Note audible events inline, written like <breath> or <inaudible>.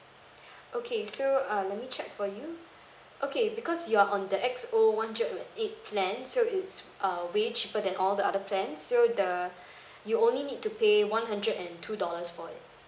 okay so uh let me check for you okay because you're on the X O one hundred and eight plan so it's err way cheaper than all the other plans so the <breath> you only need to pay one hundred and two dollars for it